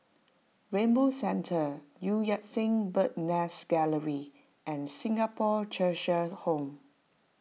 Rainbow Centre Eu Yan Sang Bird's Nest Gallery and Singapore Cheshire Home